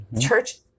Church